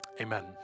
amen